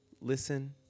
listen